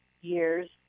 years